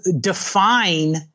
define